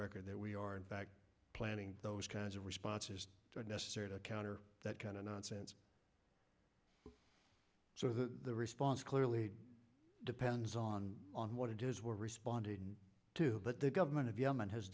record that we are in fact planning those kinds of responses necessary to counter that kind of nonsense so the response clearly depends on on what it is we're responding to but the government of yemen has